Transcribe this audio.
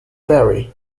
ferry